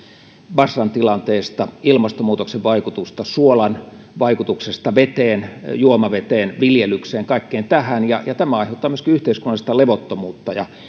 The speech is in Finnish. basran tilanteesta ilmastonmuutoksen vaikutuksesta suolan vaikutuksesta veteen juomaveteen viljelykseen kaikkeen tähän ja ja tämä aiheuttaa myöskin yhteiskunnallista levottomuutta ja